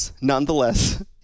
nonetheless